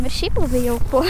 ir šiaip labai jauku